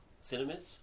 cinemas